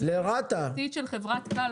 היועצת המשפטית של חברת ק.א.ל,